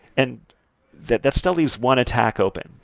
and that that still leaves one attack open.